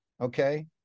Okay